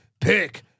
pick